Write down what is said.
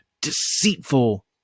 deceitful